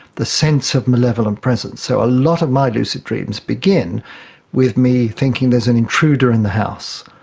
the sense of malevolent presence. so a lot of my lucid dreams begin with me thinking there's an intruder in the house,